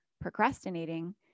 Procrastinating